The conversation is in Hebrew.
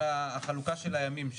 של החלוקה של הימים,